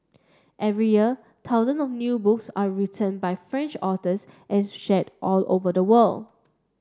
every year thousands of new books are written by French authors and shared all over the world